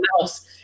else